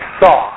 saw